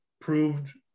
proved